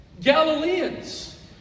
Galileans